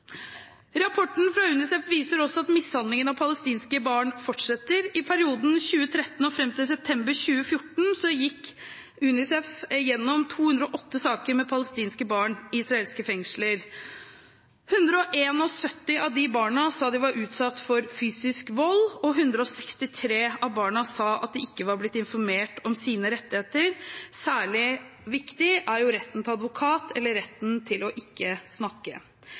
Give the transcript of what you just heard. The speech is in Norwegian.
Rapporten fra UNICEF viser også at mishandlingen av palestinske barn fortsetter. I perioden 2013 og frem til september 2014 gikk UNICEF gjennom 208 saker med palestinske barn i israelske fengsler. 171 av de barna sa at de var utsatt for fysisk vold, og 163 av barna sa at de ikke var blitt informert om sine rettigheter – særlig viktig er jo retten til advokat eller retten til ikke å snakke.